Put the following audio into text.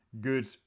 good